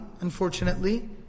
unfortunately